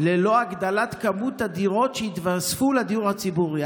ללא הגדלת כמות הדירות שהתווספו לדיור הציבורי.